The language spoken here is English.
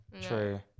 True